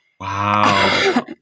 Wow